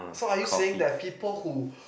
so are you saying that people who